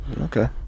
Okay